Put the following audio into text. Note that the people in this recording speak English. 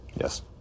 Yes